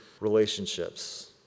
relationships